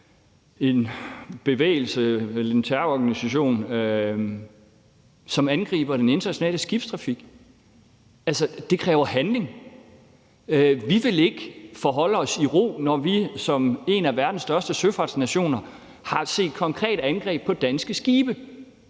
en terrororganisation, som angriber den internationale skibstrafik. Altså, det kræver handling. Vi vil ikke forholde os i ro, når vi som en af verdens største søfartsnationer har set konkrete angreb på danske skibe.